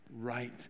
right